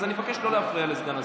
אז אני מבקש לא להפריע לסגן השר.